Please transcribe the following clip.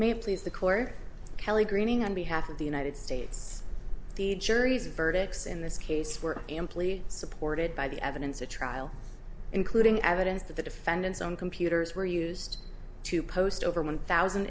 please the court kelly greening on behalf of the united states the jury's verdict in this case were amply supported by the evidence the trial including evidence that the defendant's own computers were used to post over one thousand